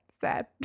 Sad